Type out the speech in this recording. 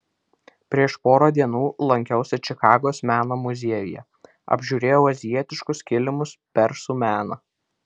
prieš porą dienų lankiausi čikagos meno muziejuje apžiūrėjau azijietiškus kilimus persų meną